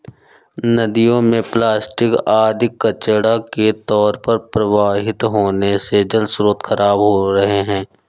नदियों में प्लास्टिक आदि कचड़ा के तौर पर प्रवाहित होने से जलस्रोत खराब हो रहे हैं